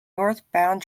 northbound